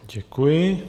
Děkuji.